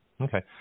Okay